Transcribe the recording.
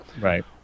right